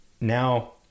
now